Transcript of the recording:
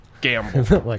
gamble